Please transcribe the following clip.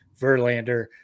Verlander